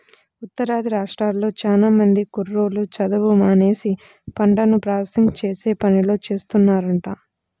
ఉత్తరాది రాష్ట్రాల్లో చానా మంది కుర్రోళ్ళు చదువు మానేసి పంటను ప్రాసెసింగ్ చేసే పనిలో చేరుతున్నారంట